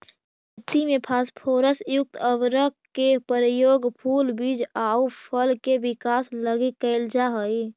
खेती में फास्फोरस युक्त उर्वरक के प्रयोग फूल, बीज आउ फल के विकास लगी कैल जा हइ